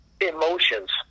emotions